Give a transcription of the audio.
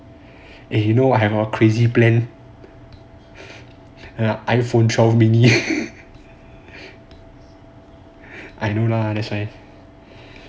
eh you know I have a crazy plan 拿 iphone twelve mini I know lah that's why